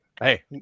Hey